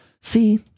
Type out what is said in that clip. See